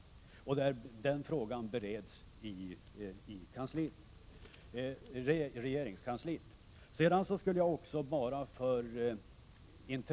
Den frågan bereds i regeringskansliet.